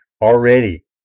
already